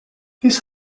this